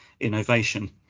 innovation